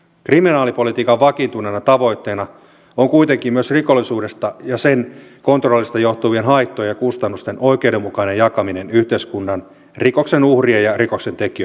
kriminaalipolitiikan vakiintuneena tavoitteena on kuitenkin myös rikollisuudesta ja sen kontrollista johtuvien haittojen ja kustannusten oikeudenmukainen jakaminen yhteiskunnan rikoksen uhrien ja rikoksen tekijöiden kesken